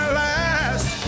last